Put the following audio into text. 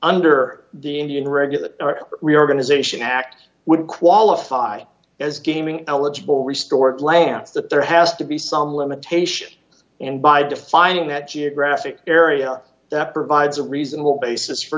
under the indian regular reorganization act would qualify as gaming eligible restore plants that there has to be some limitation and by defining that geographic area that provides a reasonable basis for